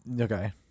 Okay